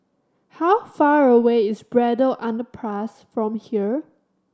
how far away is Braddell Underpass from here